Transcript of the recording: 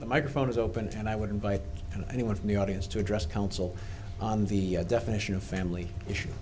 the microphone is opened and i would invite anyone from the audience to address council on the definition of family issue